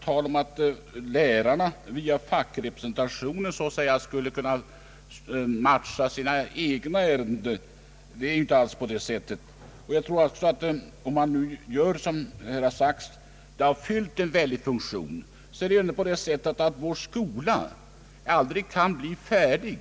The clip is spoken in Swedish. Talet om att lärarna via fackrepresentationen skulle så att säga kunna matcha sina egna ärenden är därför helt oriktigt. Fackrepresentationen har fyllt en stor funktion, men vår skola kan aldrig bli färdig.